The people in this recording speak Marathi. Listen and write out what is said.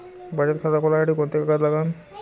बचत खात खोलासाठी कोंते कागद लागन?